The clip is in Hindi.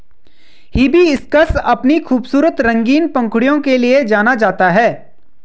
हिबिस्कस अपनी खूबसूरत रंगीन पंखुड़ियों के लिए जाना जाता है